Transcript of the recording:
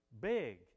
big